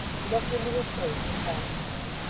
he looked into his face from time to time,